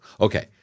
Okay